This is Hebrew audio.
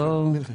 הלימודים.